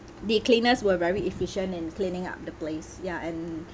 the cleaners were very efficient in cleaning up the place ya and